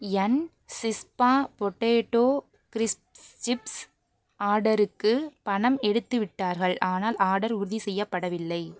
என் சிஸ்பா potato crisps chips ஆர்டருக்கு பணம் எடுத்துவிட்டார்கள் ஆனால் ஆடர் உறுதி செய்யப்படவில்லை